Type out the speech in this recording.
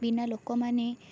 ବିନା ଲୋକମାନେ